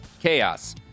chaos